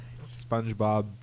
Spongebob